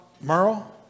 Merle